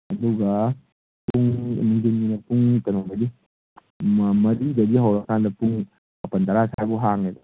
ꯑꯗꯨꯒ ꯄꯨꯡ ꯅꯨꯡꯗꯤꯟꯒꯤꯅ ꯄꯨꯡ ꯀꯩꯅꯣꯗꯒꯤ ꯃꯔꯤꯗꯒꯤ ꯍꯧꯔꯀꯥꯟꯗ ꯄꯨꯡ ꯃꯥꯄꯟ ꯇꯔꯥ ꯁ꯭ꯋꯥꯏꯕꯣꯛ ꯍꯥꯡꯉꯦꯕ